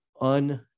un